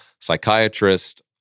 psychiatrist